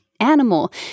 animal